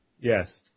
Yes